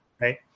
Right